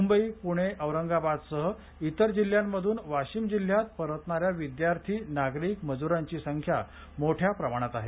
मुंबई पुणे औरंगाबादसह इतर जिल्ह्यांमधून वाशिम जिल्ह्यात परतणाऱ्या विद्यार्थी नागरिक मजुरांची संख्या मोठ्या प्रमाणात आहे